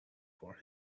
for